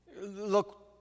Look